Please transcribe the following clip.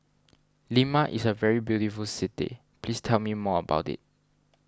Lima is a very beautiful city please tell me more about it